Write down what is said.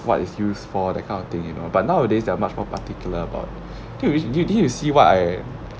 what is used for that kind of thing you know but nowadays they are much more particular about this is usual you see what I